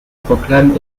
proclame